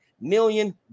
million